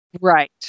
Right